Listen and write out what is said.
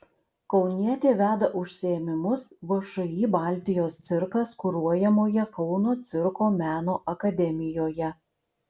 kaunietė veda užsiėmimus všį baltijos cirkas kuruojamoje kauno cirko meno akademijoje